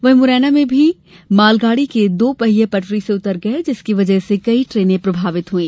वहीं मुरैना में भी मालगाड़ी के दो पहिये पटरी से उतर गये जिसकी वजह से कई ट्रेनें प्रभावित हुई